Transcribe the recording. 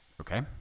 okay